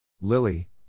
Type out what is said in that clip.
Lily